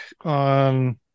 on